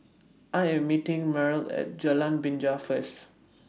I Am meeting Mariel At Jalan Binja First